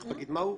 תיכף נגיד מה הוא,